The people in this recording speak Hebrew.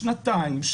שנתיים,